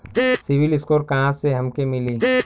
CIBIL score कहाँसे हमके मिली?